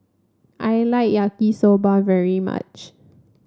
I like Yaki Soba very much